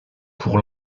pour